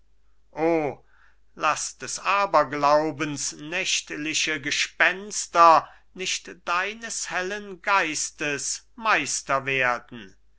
o laß des aberglaubens nächtliche gespenster nicht deines hellen geistes meister werden